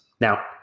Now